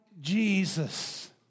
Jesus